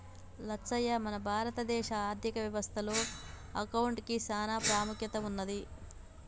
లచ్చయ్య మన భారత దేశ ఆర్థిక వ్యవస్థ లో అకౌంటిగ్కి సాన పాముఖ్యత ఉన్నది